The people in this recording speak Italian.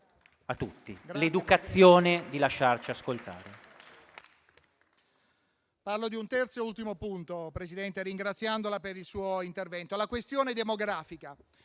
a tutti l'educazione di lasciarci ascoltare?